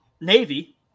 Navy